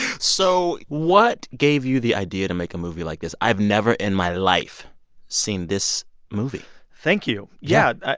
so what gave you the idea to make a movie like this? i've never in my life seen this movie thank you. yeah.